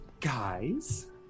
guys